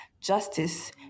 justice